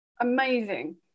Amazing